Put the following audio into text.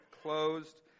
closed